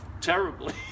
terribly